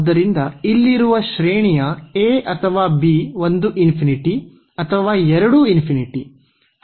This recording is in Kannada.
ಆದ್ದರಿಂದ ಇಲ್ಲಿರುವ ಶ್ರೇಣಿಯ a ಅಥವಾ ಬಿ ಒಂದು ∞ ಅಥವಾ ಎರಡೂ ∞